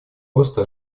роста